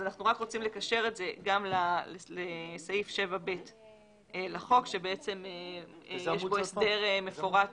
אנחנו רק רוצים לקשר את זה גם לסעיף 7ב לחוק שיש בו הסדר מפורט